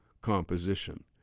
composition